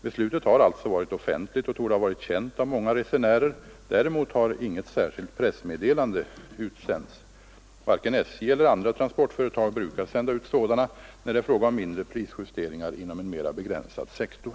Beslutet har alltså varit offentligt och torde ha varit känt av många resenärer. Däremot har inget särskilt pressmeddelande utsänts. Varken SJ eller andra transportföretag brukar sända ut sådana när det är fråga om mindre prisjusteringar inom en mera begränsad sektor.